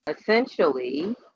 Essentially